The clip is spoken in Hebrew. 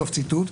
סוף ציטוט.